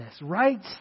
right